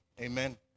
amen